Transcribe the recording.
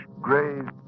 gray